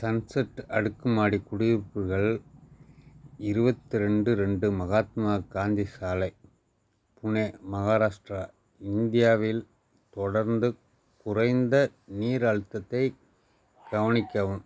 sunset அடுக்குமாடி குடியிருப்புகள் இருபத்தி ரெண்டு ரெண்டு மகாத்மா காந்தி சாலை புனே மகாராஷ்ட்ரா இந்தியாவில் தொடர்ந்து குறைந்த நீர் அழுத்தத்தைக் கவனிக்கவும்